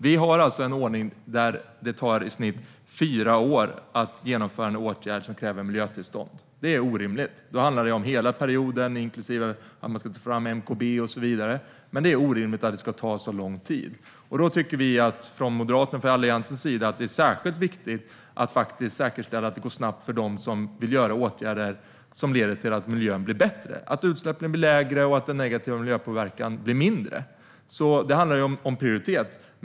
Vi har alltså en ordning där det i snitt tar fyra år att genomföra en åtgärd som kräver miljötillstånd. Det är orimligt. Det handlar om hela perioden, inklusive att man ska ta fram MKB och så vidare. Men det är orimligt att det ska ta så lång tid. Då tycker vi från Alliansens sida att det är särskilt viktigt att säkerställa att det går snabbt för dem som vill vidta åtgärder som leder till att miljön blir bättre, att utsläppen blir lägre och att den negativa miljöpåverkan blir mindre. Det handlar om prioritering.